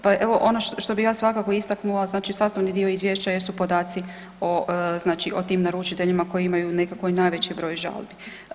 Pa ono što bi ja svakako istaknula znači sastavni dio izvješća jesu podaci o, znači o tim naručiteljima koji imaju nekako i najveći broj žalbi.